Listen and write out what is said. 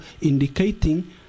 indicating